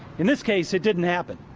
in this case it didn't happe and